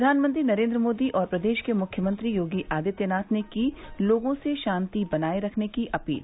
प्रधानमंत्री नरेन्द्र मोदी और प्रदेश के मुख्यमंत्री योगी आदित्यनाथ ने की लोगों से शांति बनाए रखने की अपील